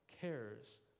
cares